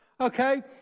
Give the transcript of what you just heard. Okay